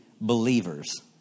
believers